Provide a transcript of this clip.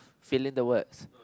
fill in the words